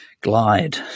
glide